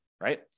right